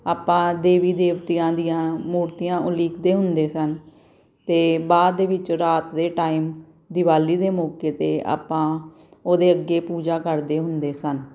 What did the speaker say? ਆਪਾਂ ਦੇਵੀ ਦੇਵਤਿਆਂ ਦੀਆਂ ਮੂਰਤੀਆਂ ਉਲੀਕਦੇ ਹੁੰਦੇ ਸਨ ਅਤੇ ਬਾਅਦ ਦੇ ਵਿੱਚ ਰਾਤ ਦੇ ਟਾਈਮ ਦਿਵਾਲੀ ਦੇ ਮੌਕੇ 'ਤੇ ਆਪਾਂ ਉਹਦੇ ਅੱਗੇ ਪੂਜਾ ਕਰਦੇ ਹੁੰਦੇ ਸਨ